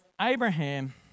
Abraham